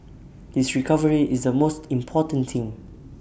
his recovery is the most important thing